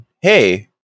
Hey